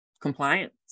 compliance